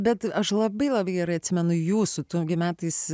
bet aš labai labai gerai atsimenu jūsų tu gi metais